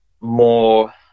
more